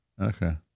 Okay